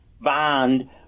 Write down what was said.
bond